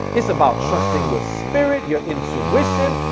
it's about trusting your spirit, your intuition,